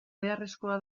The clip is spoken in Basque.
beharrezkoa